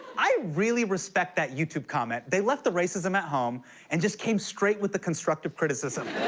i really respect that youtube comment. they left the racism at home and just came straight with the constructive criticism.